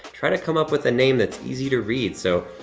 try to come up with a name that's easy to read. so,